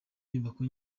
nyubako